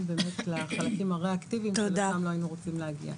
באמת לחלקים הרה-אקטיביים שלשם לא היינו רוצים להגיע.